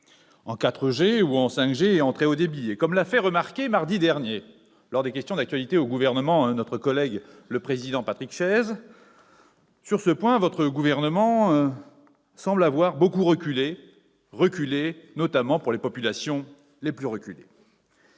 en 4G ou en 5G et en très haut débit. Or, comme l'a fait remarquer mardi dernier, lors des questions d'actualité au Gouvernement, notre collègue le président Patrick Chaize, sur ce point, le Gouvernement semble avoir beaucoup reculé, notamment pour les populations les plus isolées.